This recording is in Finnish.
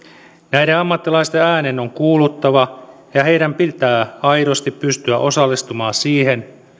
näiden ammattilaisten äänen on kuuluttava ja heidän pitää aidosti pystyä osallistumaan siihen